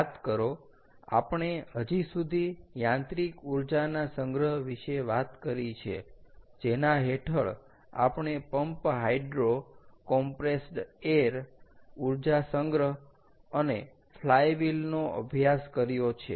યાદ કરો આપણે હજી સુધી યાંત્રિક ઊર્જાના સંગ્રહ વિશે વાત કરી છે જેના હેઠળ આપણે પંપ હાઈડ્રો કોમ્પ્રેસ્ડ એર ઊર્જા સંગ્રહ અને ફ્લાયવ્હીલ નો અભ્યાસ કર્યો છે